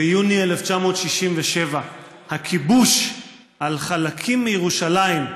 ביוני 1967 הכיבוש על חלקים מירושלים,